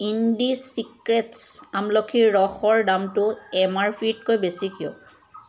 INDI secrets আমলখিৰ ৰসৰ দামটো এম আৰ পি তকৈ বেছি কিয়